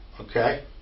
Okay